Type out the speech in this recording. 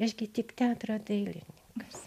aš gi tik teatro dailininkas